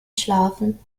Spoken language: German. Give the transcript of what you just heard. schlafen